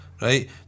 right